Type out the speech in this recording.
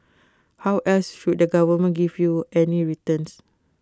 how else should the government give you any returns